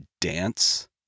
dance